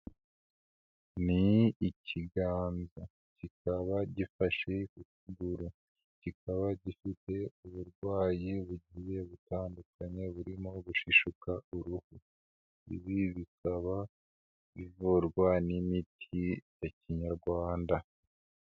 Ni ikiganza, kikaba gifashe ku kuguru, kikaba gifite uburwayi bugiye butandukanye burimo gushishuka uruhu, ibi bikaba bivurwa n'imiti ya kinyarwanda.